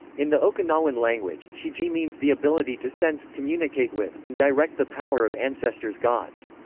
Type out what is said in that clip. in the okinawan language, shiji means the ability to sense, communicate with, and direct the power of ancestors gods.